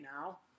now